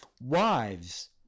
Wives